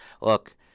Look